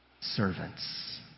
servants